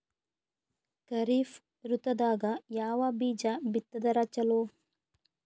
ಖರೀಫ್ ಋತದಾಗ ಯಾವ ಬೀಜ ಬಿತ್ತದರ ಚಲೋ?